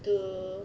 to